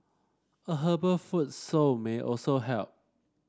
a herbal foot soak may also help